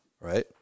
right